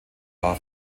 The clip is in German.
war